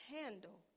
handle